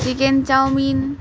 chicken chowmein